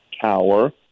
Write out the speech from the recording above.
tower